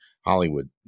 Hollywood